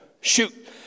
Shoot